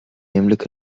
يملك